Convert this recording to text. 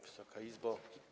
Wysoka Izbo!